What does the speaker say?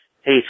hey